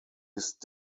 ist